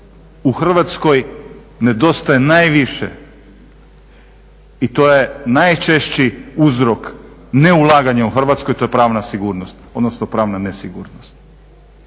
U Hrvatskoj nedostaje najviše i to je najčešći uzrok neulaganja u Hrvatsku i to je pravna sigurnost,